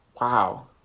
Wow